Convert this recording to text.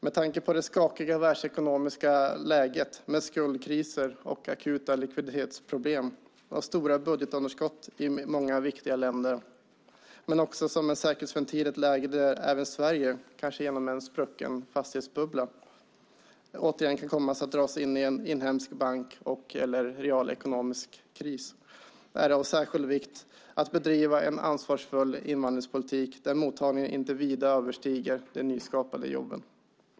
Med tanke på det skakiga världsekonomiska läget med skuldkriser, akuta likviditetsbehov och stora budgetunderskott i många viktiga länder men också i ett läge där även Sverige - kanske genom en sprucken fastighetsbubbla - återigen kan komma att dras in i en inhemsk bank och/eller realekonomisk kris är det av särskild vikt att bedriva en ansvarsfull invandringspolitik där mottagningen inte vida överstiger de nyskapade jobben.